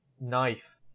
knife